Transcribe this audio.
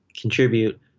contribute